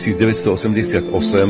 1988